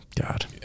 god